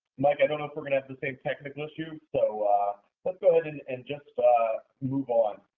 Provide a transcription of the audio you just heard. mike, i don't know if we're gonna have the same technical issue, so let's go ahead and and just move on.